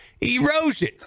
erosion